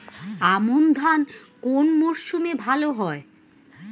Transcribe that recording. আমন ধান কোন মরশুমে ভাল হয়?